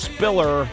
Spiller